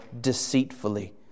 deceitfully